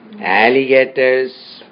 alligators